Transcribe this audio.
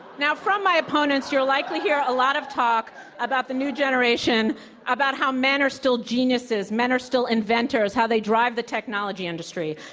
now, from my opponents, you'll likely hear a lot of talk about the new generation about how men are still geniuses, men are still inventors, how they drive the technology industry.